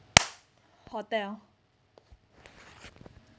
hotel